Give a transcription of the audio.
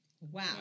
Wow